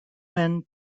when